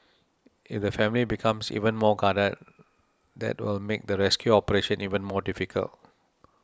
if the family becomes even more guarded that will make the rescue operation even more difficult